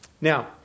now